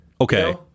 Okay